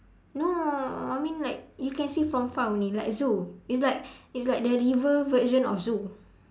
no I mean like you can see from far only like zoo it's like it's like the river version of zoo